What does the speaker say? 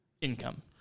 income